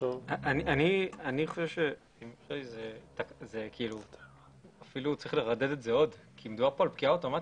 אני חושב שאפילו צריך לרדד את זה עוד כי מדובר כאן על פקיעה אוטומטית.